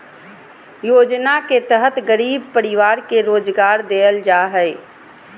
योजना के तहत गरीब परिवार के रोजगार देल जा हइ